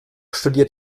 studiert